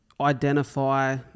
identify